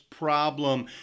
problem